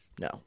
No